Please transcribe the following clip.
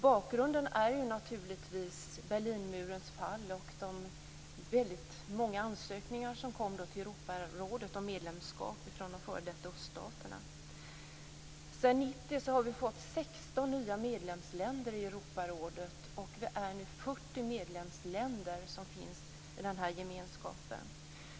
Bakgrunden är naturligtvis Berlinmurens fall och de många ansökningar som då kom till Europarådet om medlemskap från de f.d. öststaterna. Sedan 1990 har vi fått 16 nya medlemsländer i Europarådet. Vi är nu 40 medlemsländer i den här gemenskapen.